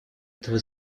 этого